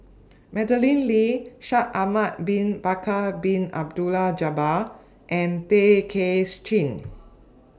Madeleine Lee Shaikh Ahmad Bin Bakar Bin Abdullah Jabbar and Tay Kay Chin